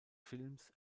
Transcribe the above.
films